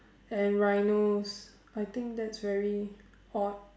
and rhinos I think that's very odd